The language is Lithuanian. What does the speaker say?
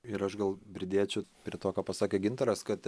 ir aš gal pridėčiau prie to ką pasakė gintaras kad